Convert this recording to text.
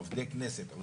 עובדי כנסת.